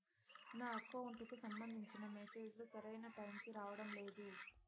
నా అకౌంట్ కు సంబంధించిన మెసేజ్ లు సరైన టైము కి రావడం లేదు